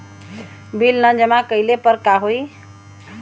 Bill न जमा कइले पर का होई?